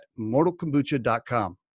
mortalkombucha.com